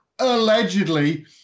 allegedly